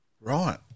Right